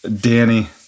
Danny